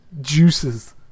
juices